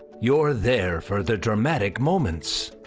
you're there for the dramatic moments.